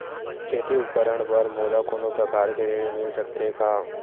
खेती उपकरण बर मोला कोनो प्रकार के ऋण मिल सकथे का?